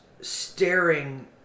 staring